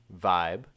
vibe